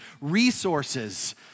resources